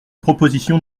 proposition